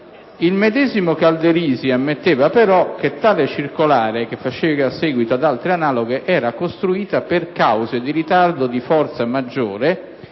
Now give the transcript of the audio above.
Il medesimo Calderisi ammetteva, però, che tale circolare, che faceva seguito ad altre analoghe, era costruita per cause di ritardo di forza maggiore